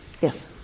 Yes